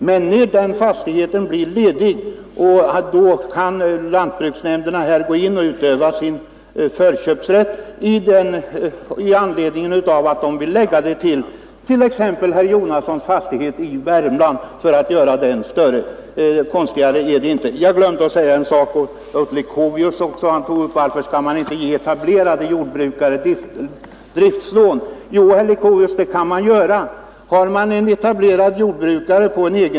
Men när samma fastighet sedan blir till salu kan lantbruksnämnden utöva sin förköpsrätt, om nämnden t.ex. vill lägga egendomen till herr Jonassons fastighet i Värmland för att göra den större.